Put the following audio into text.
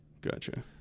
Gotcha